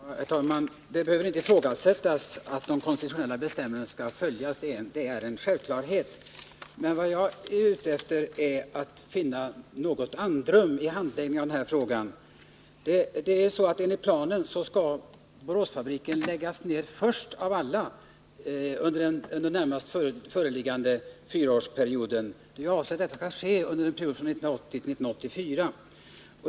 Herr talman! Man behöver inte ifrågasätta att de konstitutionella bestämmelserna skall följas — det är en självklarhet. Jag är för min del ute efter att finna litet andrum när det gäller handläggningen av denna fråga. Under den närmaste fyraårsperioden skall enligt planen Boråsfabriken läggas ned först av alla fabriker. Avsikten är alltså att nedläggningen skall ske 1980-1984.